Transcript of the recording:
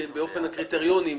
לפי הקריטריונים,